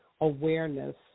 awareness